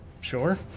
Sure